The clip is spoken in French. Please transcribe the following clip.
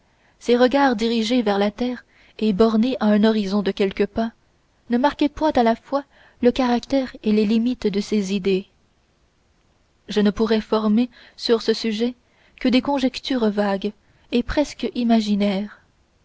ses regards dirigés vers la terre et bornés à un horizon de quelques pas ne marquaient point à la fois le caractère et les limites de ses idées je ne pourrais former sur ce sujet que des conjectures vagues et presque imaginaires